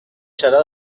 serà